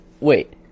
wait